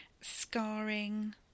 scarring